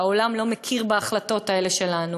והעולם לא מכיר בהחלטות האלה שלנו.